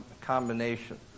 combination